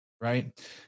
right